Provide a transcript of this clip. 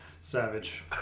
Savage